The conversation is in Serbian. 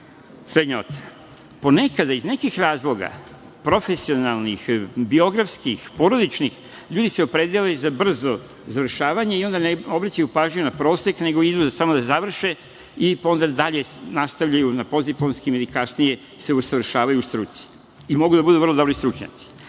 srednja ocena. Ponekada iz nekih razloga profesionalnih, biografskih, porodičnih, ljudi se opredele za brzo završavanje i onda ne obraćaju pažnju na prosek, nego idu samo da završe, pa onda dalje nastavljaju na postdiplomskim i kasnije se usavršavaju u struci, i mogu da budu vrlo dobri stručnjaci. Znači,